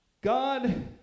God